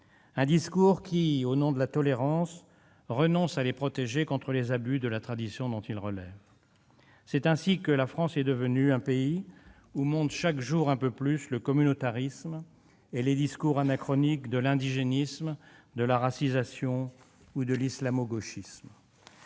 un discours qui, au nom de la tolérance, renonce à les protéger contre les abus de la tradition dont ils relèvent. C'est ainsi que la France est devenue un pays où montent chaque jour un peu plus le communautarisme et les discours anachroniques de l'indigénisme, de la racisation ou de l'islamo-gauchisme.